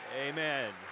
amen